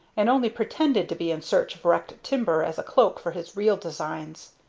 and only pretended to be in search of wrecked timber as a cloak for his real designs.